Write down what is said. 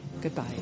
Goodbye